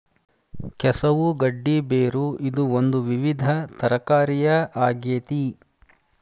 ಕೆಸವು ಗಡ್ಡಿ ಬೇರು ಇದು ಒಂದು ವಿವಿಧ ತರಕಾರಿಯ ಆಗೇತಿ